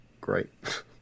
great